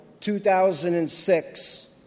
2006